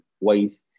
ways